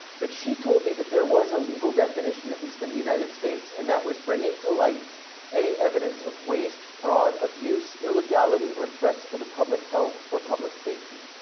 but she told me that there was a legal definition, at least in the united states, and that was bringing to light any evidence of waste, fraud, abuse, illegality, or threats to the public health or public safety.